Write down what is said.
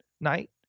night